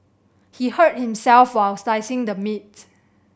he hurt himself while slicing the meat